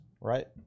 right